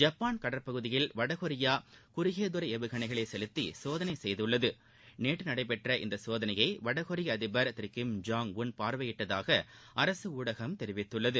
Japan கடற்பகுதியில் வடகொரியா குறுகிய தூர ஏவுகணைகளை செலுத்தி சோதனை செய்துள்ளது நேற்று நடைபெற்ற இந்த சோதனையை வடகொரிய ்அதிபர் திரு கிம் ஜோங் உன் பார்வையிட்டதாக அரசு ஊடகம் தெரிவித்துள்ளது